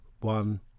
one